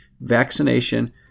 vaccination